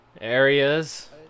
areas